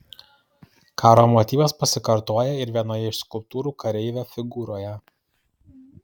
karo motyvas pasikartoja ir vienoje iš skulptūrų kareivio figūroje